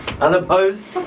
Unopposed